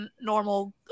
normal